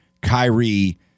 Kyrie